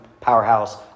powerhouse